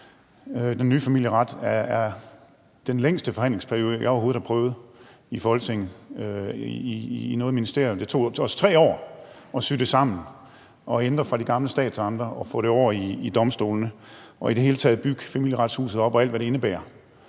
den nye familieret er den længste forhandlingsperiode, jeg overhovedet har prøvet i Folketinget og i noget ministerium. Det tog os 3 år at sy det sammen og ændre det fra de gamle statsamter og få det over i domstolene og i det hele taget bygge Familieretshuset op og alt, hvad det indebærer.